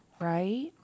Right